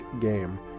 game